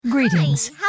Greetings